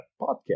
podcast